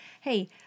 Hey